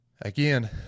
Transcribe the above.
Again